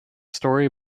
story